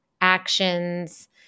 actions